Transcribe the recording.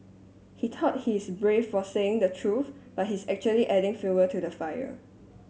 he thought he's brave for saying the truth but he's actually adding fuel to the fire